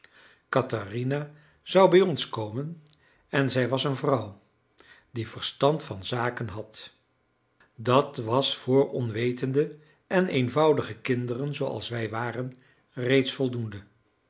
katherina zou bij ons komen en zij was een vrouw die verstand van zaken had dat was voor onwetende en eenvoudige kinderen zooals wij waren reeds voldoende